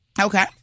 Okay